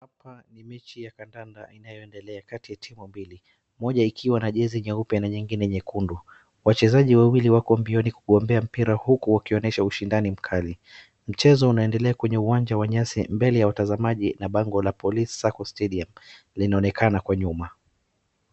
Mechi ya kandanda inayoendela kati ya timu mbili, moja ikiwa na jezi nyeupe na nyingine nyekundu. Wachezaji wawili wako mbioni kugombea mpira huku wakionyesha ushindani mkali. Mchezo unaendelea kwenye uwanja wa nyasi mbele ya watazamaji na bango la Police Sacco Stadium linaonekana kwa nyuma.